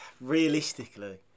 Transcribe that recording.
realistically